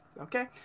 okay